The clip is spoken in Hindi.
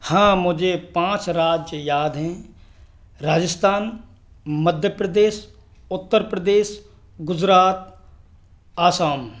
हाँ मुझे पाँच राज्य याद हैं राजस्थान मध्य प्रदेश उत्तर प्रदेश गुजरात असम